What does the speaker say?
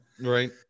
right